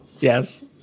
Yes